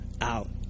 out